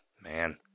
man